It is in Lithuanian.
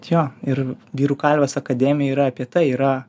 jo ir vyrų kalvės akademija yra apie tai yra